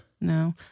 No